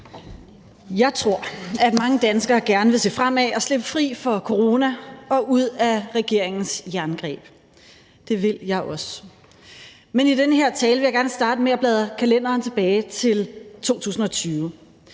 Jeg tror, at mange danskere gerne vil se fremad og slippe af med corona, blive fri for den, og komme ud af regeringens jerngreb. Det vil jeg også. Men i den her tale vil jeg gerne starte med at bladre kalenderen tilbage til 2020.